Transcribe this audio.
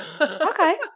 Okay